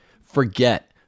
Forget